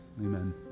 Amen